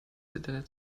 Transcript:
internet